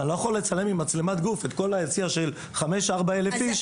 אבל אני לא יכול לצלם עם מצלמת גוף את כל היציע של 4,000 או 5,000 איש,